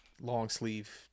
long-sleeve